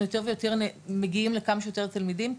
יותר ויותר מגיעים לכמה שיותר תלמידים,